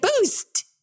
boost